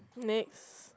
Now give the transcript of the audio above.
next